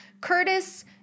curtis